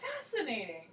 fascinating